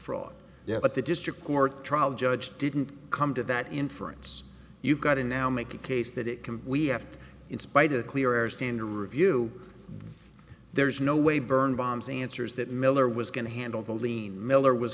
defraud yeah but the district court trial judge didn't come to that inference you've got to now make the case that it can we have in spite of a clearer standard review there's no way burned bonds answers that miller was going to handle the lien miller was